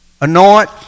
anoint